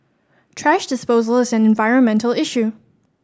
thrash disposal is an environmental issue